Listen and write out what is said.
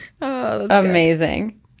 amazing